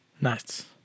Nice